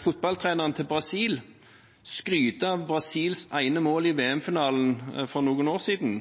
fotballtreneren til Brasil skryte av Brasils ene mål i VM-finalen for noen år siden